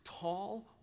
tall